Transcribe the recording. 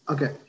Okay